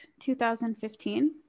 2015